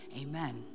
Amen